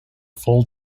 full